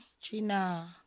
Gina